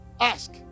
ask